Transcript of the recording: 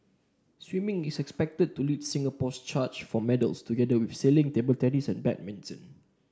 swimming is expected to lead Singapore's charge for medals together with sailing table tennis and badminton